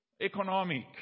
economic